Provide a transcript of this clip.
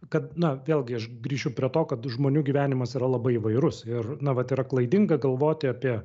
kad na vėlgi aš grįšiu prie to kad žmonių gyvenimas yra labai įvairus ir na vat yra klaidinga galvoti apie